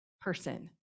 person